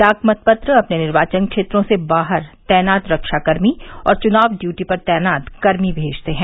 डाक मतपत्र अपने निर्वाचन क्षेत्रों से बाहर तैनात रक्षा कर्मी और चुनाव डयूटी पर तैनात कर्मी भेजते हैं